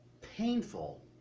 painful